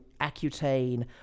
accutane